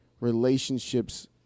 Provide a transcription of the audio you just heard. relationships